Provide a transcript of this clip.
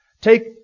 Take